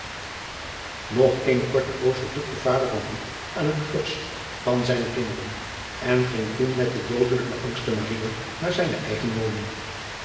og eene korte poos vertoefde vader aan het huis van zijne kinderen en ging toen met de doodelijk beangste naar zijne eigen woning